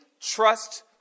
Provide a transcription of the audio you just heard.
trust